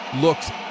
looks